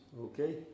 Okay